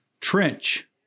trench